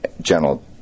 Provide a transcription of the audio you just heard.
general